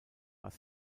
was